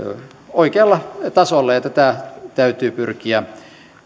oikealla tasolla ja tätä täytyy pyrkiä